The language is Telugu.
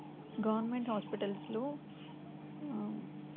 గవర్నమెంట్ హాస్పిటల్స్లో